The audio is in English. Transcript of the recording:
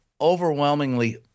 overwhelmingly